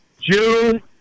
June